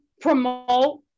promote